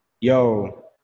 yo